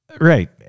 right